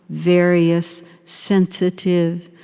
various sensitive,